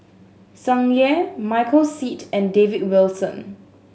Tsung Yeh Michael Seet and David Wilson